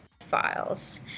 files